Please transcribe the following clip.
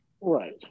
right